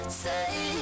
say